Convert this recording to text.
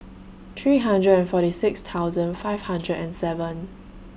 three hundred and forty six thousand five hundred and seven